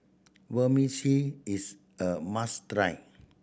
is a must try